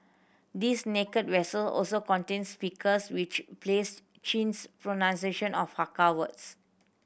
these naked vessel also contain speakers which plays Chin's pronunciation of Hakka words